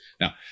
Now